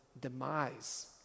demise